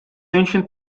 ancient